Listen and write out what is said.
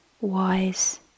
Wise